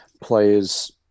players